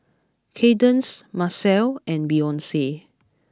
Kaydence Macel and Beyonce